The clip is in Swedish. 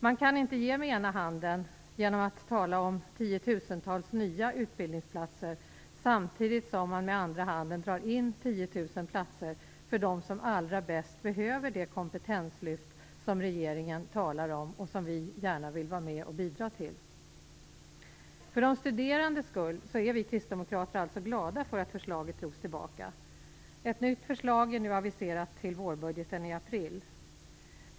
Man kan inte ge med ena handen, genom att tala om tiotusentals nya utbildningsplatser, samtidigt som man med andra handen drar in 10 000 platser för dem som allra bäst behöver det kompetenslyft som regeringen talar om och som vi gärna vill vara med och bidra till. För de studerandes skull är vi kristdemokrater alltså glada över att förslaget drogs tillbaka. Ett nytt förslag är nu aviserat till vårbudgeten i april.